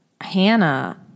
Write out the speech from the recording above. Hannah